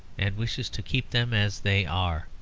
and wishes to keep them as they are.